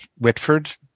Whitford